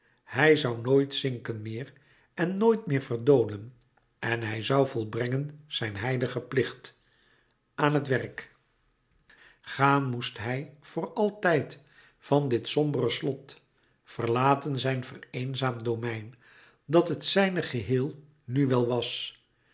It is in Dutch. hij zoû nooit zinken meer en nooit meer verdolen en hij zoû volbrengen zijn heiligen plicht aan het werk gaan moest hij voor altijd van dit sombere slot verlaten zijn vereenzaamd domein dat het zijne geheel nu wel was